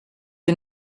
you